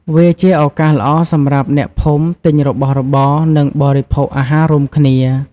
វាជាឱកាសល្អសម្រាប់អ្នកភូមិទិញរបស់របរ និងបរិភោគអាហាររួមគ្នា។